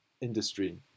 industry